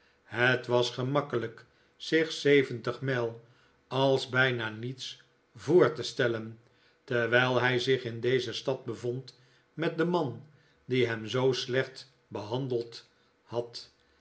het was gemakkelijk zich zeventig mijl als bijna niets voor te stellen terwijl hij zich in dezelfde stad bevond met den man die hem zoo slecht behandeld had